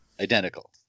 identical